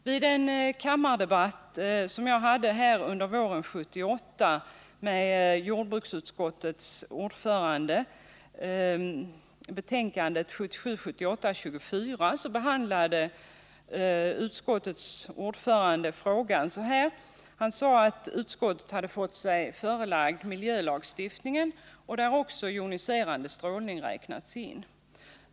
Vid en kammardebatt som jag under våren 1978 hade med jordbruksutskottets ordförande med anledning av jordbruksutskottets betänkande 1977/78:24 sade utskottets ordförande att utskottet fått sig förelagd miljölagstiftningen, där också joniserande strålning räknades in.